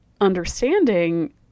understanding